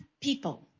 people